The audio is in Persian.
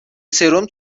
سرم